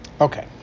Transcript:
Okay